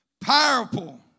powerful